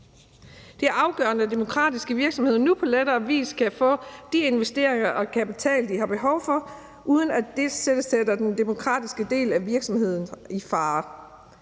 Det er afgørende, at demokratiske virksomheder nu på lettere vis kan få de investeringer og den kapital, de har behov for, uden at det sætter den demokratiske del af virksomheden i fare.